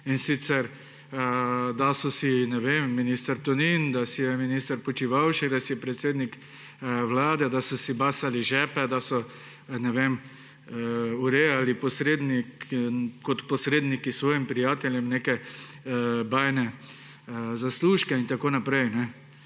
In sicer da so si, ne vem, minister Tonin, minister Počivalšek, predsednik Vlade basali žepe, da so, ne vem, urejali kot posredniki svojim prijateljem neke bajne zaslužke in tako naprej.